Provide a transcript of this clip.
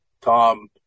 Tom